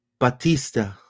Batista